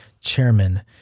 chairman